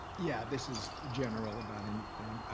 yeah, this is general about anything.